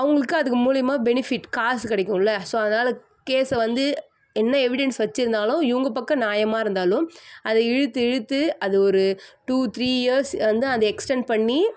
அவங்களுக்கு அதுங்க மூலிமா பெனிஃபிட் காசு கிடைக்கும்ல ஸோ அதனால் கேஸை வந்து என்ன எவிடென்ஸ் வெச்சிருந்தாலும் இவங்க பக்கம் நியாயமாக இருந்தாலும் அதை இழுத்து இழுத்து அது ஒரு டூ த்ரீ இயர்ஸ் வந்து அதை எக்ஸ்டெண்ட் பண்ணி